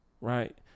Right